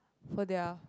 for their